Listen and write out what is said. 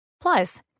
Plus